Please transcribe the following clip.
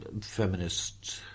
feminist